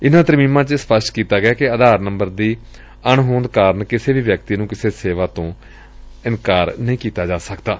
ਇਨਾਂ ਤਰਮੀਮਾਂ ਚ ਇਹ ਵੀ ਸਪਸ਼ਟ ਕੀਤਾ ਗਿਐ ਕਿ ਆਧਾਰ ਨੰਬਰ ਦੀ ਅਣਹੋਦ ਕਾਰਨ ਕਿਸੇ ਵੀ ਵਿਅਕਤੀ ਨੂੰ ਕਿਸੇ ਸੇਵਾ ਤੋ ਇਨਕਾਰ ਨਹੀ ਕੀਤਾ ਜਾ ਸਕਦੈ